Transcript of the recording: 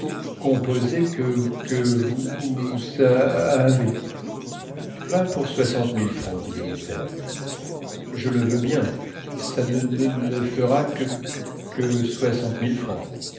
que que que vouous saaavez va pour soixante mille francs dit le notaire je le veux bien ça ne ne ne fera que que que soixante mille francs